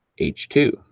H2